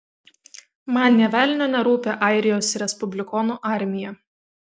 man nė velnio nerūpi airijos respublikonų armija